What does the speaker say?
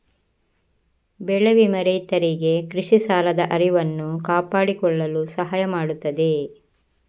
ಬೆಳೆ ವಿಮೆ ರೈತರಿಗೆ ಕೃಷಿ ಸಾಲದ ಹರಿವನ್ನು ಕಾಪಾಡಿಕೊಳ್ಳಲು ಸಹಾಯ ಮಾಡುತ್ತದೆ